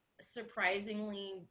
surprisingly